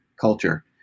culture